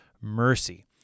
mercy